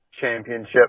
championship